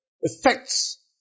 effects